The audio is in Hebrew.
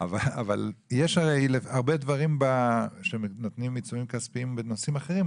אבל יש הרבה דברים שנותנים עיצומים כספיים בנושאים אחרים.